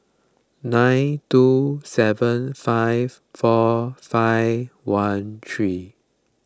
nine two seven five four five one three